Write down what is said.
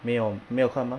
没有没有课吗